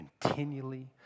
continually